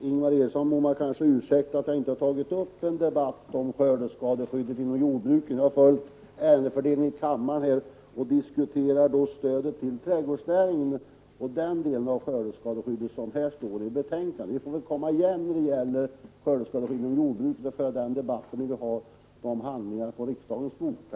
Herr talman! Ingvar Eriksson må ursäkta att jag inte har tagit upp en debatt om skördeskadeskyddet inom jordbruket. Jag har följt ärendefördelningen i kammaren och diskuterat stödet till trädgårdsnäringen och den del av skördeskadeskyddet som står i betänkandet. Vi får väl komma igen när det gäller skördeskadeskyddet inom jordbruket och föra den debatten när vi har handlingarna i det ärendet på riksdagens bord.